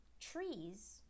trees